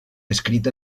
escrit